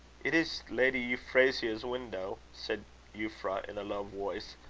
it is lady euphrasia's window, said euphra, in a low voice,